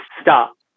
stop